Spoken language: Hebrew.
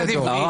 צועקת.